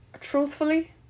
truthfully